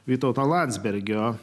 vytauto landsbergio